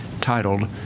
titled